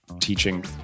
teaching